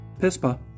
Pispa